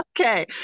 okay